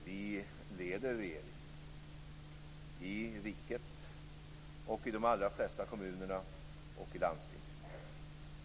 Vi leder regeringen i riket samt i de allra flesta kommunerna och landstingen.